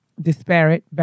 disparate